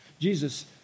Jesus